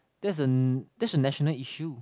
that's a that's a national issue